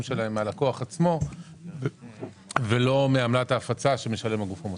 שלהם מהלקוח עצמו ולא מעמלת ההפצה שמשלם הגוף המוסדי.